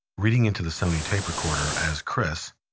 reading into the sony tape recorder as chris,